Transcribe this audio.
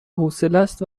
حوصلست